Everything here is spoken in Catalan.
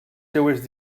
seves